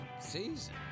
season